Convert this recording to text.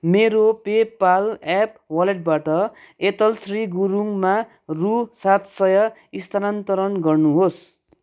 मेरो PayPal app वालेटबाट एतलश्री गुरुङ मा रु सात सय स्थानान्तरण गर्नुहोस्